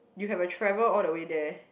you have to travel all the way there